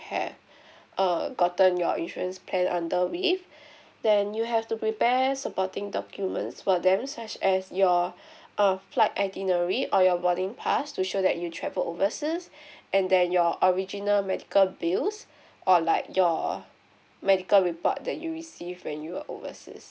have err gotten your insurance plan under we then you have to prepare supporting documents for them such as your um flight itinerary or your boarding pass to show that you traveled overseas and then your original medical bills or like your medical report that you received when you were overseas